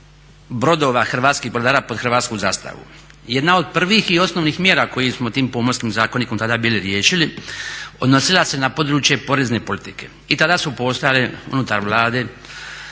brodova hrvatskih brodara pod hrvatsku zastavu. Jedna od prvih i osnovnih mjera koju smo tim Pomorskim zakonikom tada bili riješili odnosila se na područje porezne politike i tada su postojale unutar Vlade